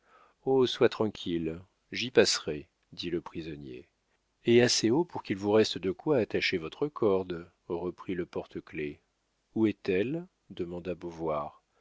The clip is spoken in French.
sois tranquille j'y passerai dit le prisonnier et assez haut pour qu'il vous reste de quoi attacher votre corde reprit le porte-clefs où est-elle demanda